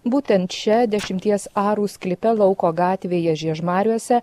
būtent čia dešimties arų sklype lauko gatvėje žiežmariuose